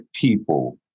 people